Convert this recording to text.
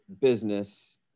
business